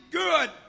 good